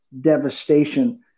devastation